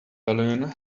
balloon